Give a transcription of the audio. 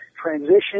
transition